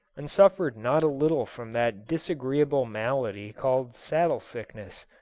and suffered not a little from that disagreeable malady called saddle-sickness.